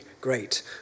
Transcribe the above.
Great